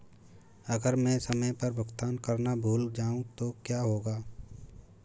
अगर मैं समय पर भुगतान करना भूल जाऊं तो क्या होगा?